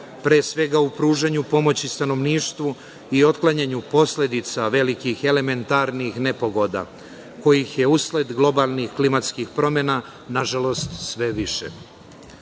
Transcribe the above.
pre svega u pružanju pomoći stanovništvu i otklanjanju posledica velikih elementarnih nepogoda, kojih je usled globalnih klimatskih promena, nažalost, sve više.